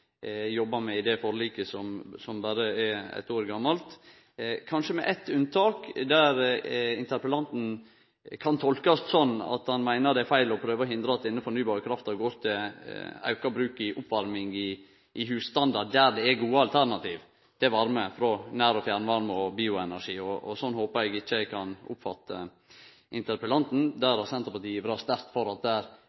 jobba med i det forliket, som berre er eitt år gammalt. Eg er einig, kanskje med eit unntak, der interpellanten kan tolkast slik at han meiner det er feil å prøve å hindre at den fornybare krafta går til auka bruk av oppvarming i husstandar der det er gode alternativ frå nær- og fjernvarme og bioenergi. Slik håpar eg ikkje eg kan oppfatte interpellanten.